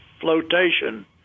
flotation